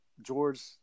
george